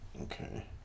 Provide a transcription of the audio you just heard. Okay